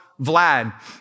Vlad